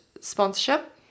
sponsorship